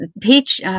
Peach